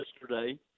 yesterday